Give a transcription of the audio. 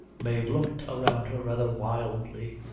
mave looked around her rather wildly,